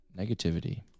negativity